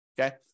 Okay